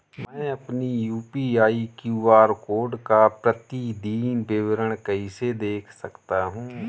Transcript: मैं अपनी UPI QR code का प्रतीदीन विवरण कैसे देख सकता हूँ?